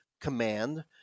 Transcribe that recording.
command